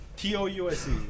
T-O-U-S-E